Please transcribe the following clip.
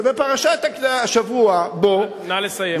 ובפרשת השבוע, בא, נא לסיים.